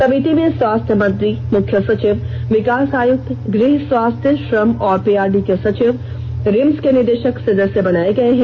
समिति में स्वास्थ्य मंत्री मुख्य सचिव विकास आयुक्त गृह स्वास्थ्य श्रम और पीआरडी के सचिव रिम्स के निदेषक सदस्य बनाये गये हैं